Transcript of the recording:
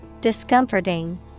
Discomforting